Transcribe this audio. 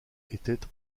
était